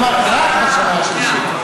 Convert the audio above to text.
כלומר רק בשנה השלישית.